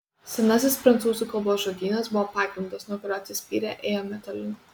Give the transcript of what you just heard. senasis prancūzų kalbos žodynas buvo pagrindas nuo kurio atsispyrę ėjome tolyn